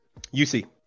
UC